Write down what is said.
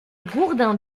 gourdin